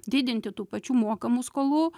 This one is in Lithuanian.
didinti tų pačių mokamų skolų